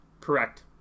Correct